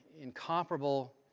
incomparable